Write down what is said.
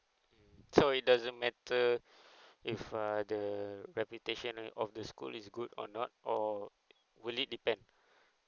so it doesn't matter if uh the reputation of the school is good or not or would it depend